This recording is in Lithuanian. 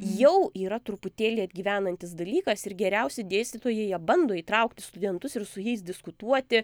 jau yra truputėlį atgyvenantis dalykas ir geriausi dėstytojai jie bando įtraukti studentus ir su jais diskutuoti